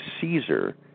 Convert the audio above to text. Caesar